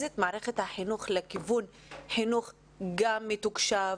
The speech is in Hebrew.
את מערכת החינוך לכיוון חינוך גם מתוקשב